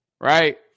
right